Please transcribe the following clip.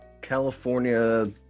California